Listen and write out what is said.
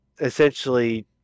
essentially